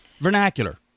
Vernacular